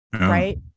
right